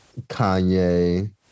Kanye